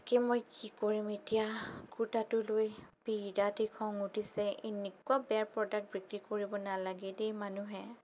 তাকেই মই কি কৰিম এতিয়া কুৰ্তাটো লৈ বিৰাতেই খং উঠিছে এনেকুৱা বেয়া প্ৰডাক্ট বিক্ৰী কৰিব নালাগে দেই মানুহে